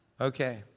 Okay